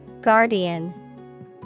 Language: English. Guardian